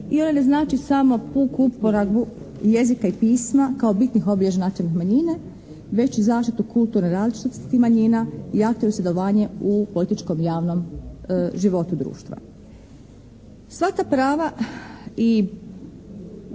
i one ne znače samo puku uporabu jezika i pisma kao bitnih obilježja nacionalnih manjina već i zaštitu kulturne različitosti manjina i aktivno sudjelovanje u političkom i javnom životu društva. Svaka prava i